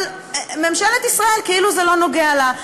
אבל ממשלת ישראל, כאילו זה לא נוגע לה.